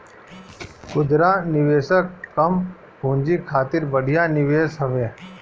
खुदरा निवेशक कम पूंजी खातिर बढ़िया निवेश हवे